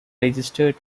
registered